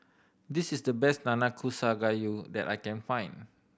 this is the best Nanakusa Gayu that I can find